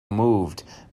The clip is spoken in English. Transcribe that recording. moved